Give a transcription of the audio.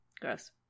Gross